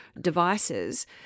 devices